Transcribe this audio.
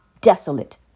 desolate